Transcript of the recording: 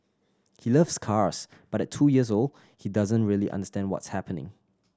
he loves cars but at two years old he doesn't really understand what's happening